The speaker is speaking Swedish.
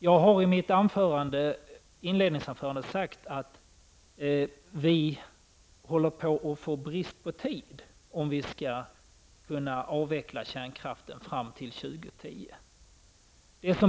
Jag har i mitt inledningsanförande sagt att vi börjar få brist på tid om vi skall kunna avveckla kärnkraften fram till år 2010.